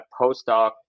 postdoc